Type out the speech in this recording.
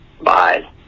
Bye